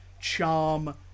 charm